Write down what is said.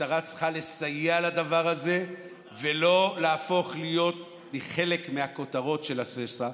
המשטרה צריכה לסייע בדבר הזה ולא להפוך להיות חלק מהכותרות של השסע.